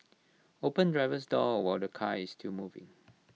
open driver's door while the car is still moving